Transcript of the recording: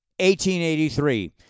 1883